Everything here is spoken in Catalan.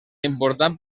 important